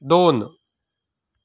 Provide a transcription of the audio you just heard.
दोन